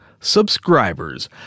subscribers